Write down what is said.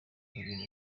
ibintu